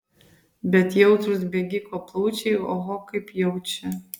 bet jautrūs bėgiko plaučiai oho kaip jaučia